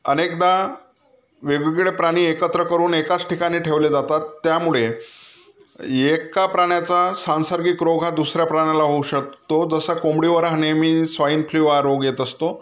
अनेकदा वेगवेगळे प्राणी एकत्र करून एकाच ठिकाणी ठेवले जातात त्यामुळे एका प्राण्याचा सांसर्गिक रोग हा दुसऱ्या प्राण्याला होऊ शकतो जसं कोंबडीवर हा नेहमी स्वाईन फ्लू हा रोग येत असतो